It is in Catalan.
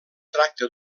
tracta